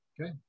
Okay